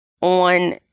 on